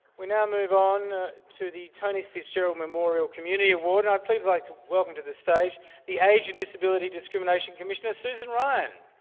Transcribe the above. we now move on to the tony fitzgerald memorial community award and i'd please like to welcome to the stage the age and disability discrimination commissioner susan ryan.